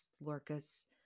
Lorca's